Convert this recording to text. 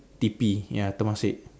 T_P ya Temasek